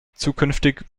zukünftig